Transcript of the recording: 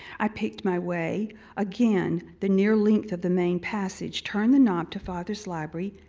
i picked my way again the near length of the main passage, turned the knob to father's library,